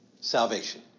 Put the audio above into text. salvation